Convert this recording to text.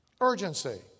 urgency